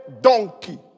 donkey